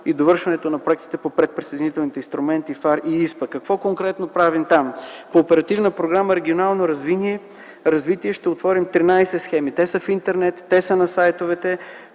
и довършването на проектите по предприсъединителните инструменти ФАР и ИСПА. Какво конкретно правим там? По Оперативна програма „Регионално развитие” ще отворим 13 схеми – те са в Интернет, те са на сайтовете